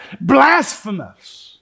blasphemous